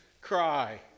cry